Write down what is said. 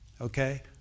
okay